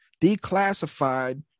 declassified